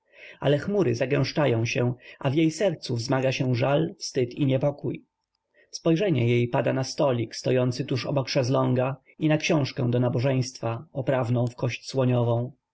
ale chmury zgęszczają się a w jej sercu wzmaga się żal wstyd i niepokój spojrzenie jej pada na stolik stojący tuż obok szesląga i na książkę do nabożeństwa oprawną w kość słoniową